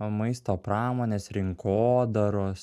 va maisto pramonės rinkodaros